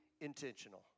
intentional